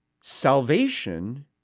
salvation